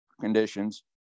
conditions